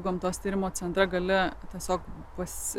gamtos tyrimo centrą gali tiesiog pas